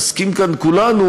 נסכים כאן כולנו,